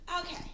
Okay